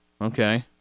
okay